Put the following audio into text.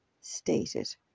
stated